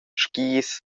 skis